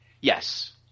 Yes